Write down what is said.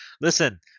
Listen